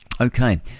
okay